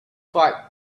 fight